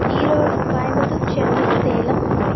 Erode Coimbatore Chennai Salem Madurai